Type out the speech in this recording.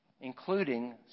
including